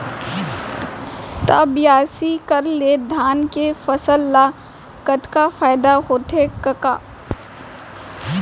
त बियासी करे ले धान के फसल ल कतका फायदा होथे कका?